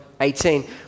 18